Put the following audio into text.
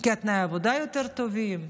כי תנאי העבודה יותר טובים,